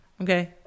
Okay